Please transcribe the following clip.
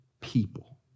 people